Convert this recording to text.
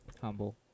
humble